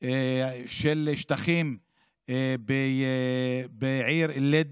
של שטחים בעיר ליד,